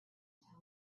tell